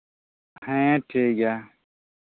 ᱦᱮᱸ ᱴᱷᱤᱠ ᱜᱮᱭᱟ